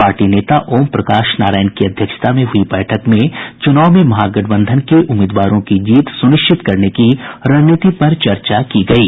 party नेता ओम प्रकाश नारायण की अध्यक्षता में हुई बैठक में चुनाव में महागठबंधन के उम्मीदवारों की जीत सुनिश्चित करने की रणनीति पर चर्चा की गयी